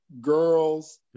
girls